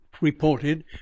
reported